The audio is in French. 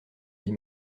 dit